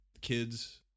kids